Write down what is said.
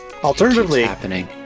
Alternatively